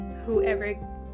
whoever